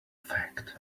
fact